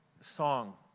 song